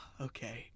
okay